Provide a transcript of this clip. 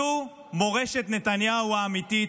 זו מורשת נתניהו האמיתית,